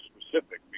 specific